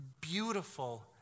beautiful